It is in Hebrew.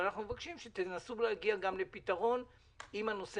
ואנחנו מבקשים שתנסו להגיע לפתרון לגבי אלה